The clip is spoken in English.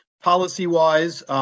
policy-wise